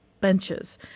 benches